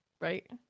right